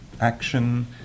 action